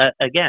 again